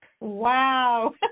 Wow